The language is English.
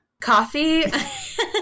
Coffee